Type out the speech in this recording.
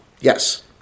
Yes